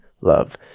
love